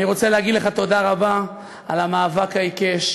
אני רוצה להגיד לך תודה רבה על המאבק העיקש,